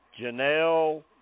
Janelle